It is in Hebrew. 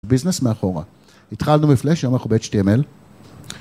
ביזנס מאחורה. התחלנו מפלאש, היום אנחנו ב-HTML.